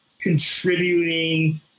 contributing